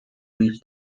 reach